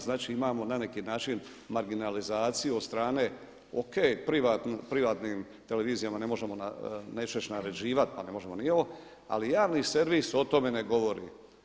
Znači imamo na neki način marginalizaciju od strane o.k., privatnim televizijama ne možemo neću reći naređivati pa ne možemo ni ovo, ali javni servis o tome ne govori.